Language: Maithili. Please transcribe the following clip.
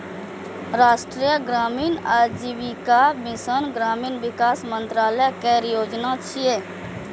राष्ट्रीय ग्रामीण आजीविका मिशन ग्रामीण विकास मंत्रालय केर योजना छियै